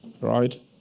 right